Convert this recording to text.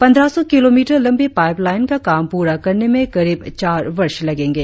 पंद्रह सौ किलोमीटर लम्बी पाइप लाइन का काम प्ररा करने में करीब चार वर्ष लगेंगे